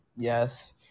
Yes